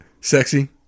Sexy